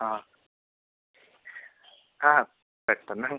ആ ആ പെട്ടെന്ന്